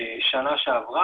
בשנה שעברה,